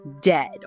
dead